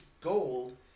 gold